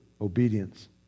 obedience